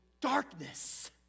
darkness